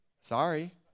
Sorry